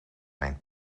mijn